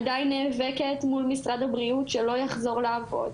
עדיין נאבקת מול משרד הבריאות שלא יחזור לעבוד.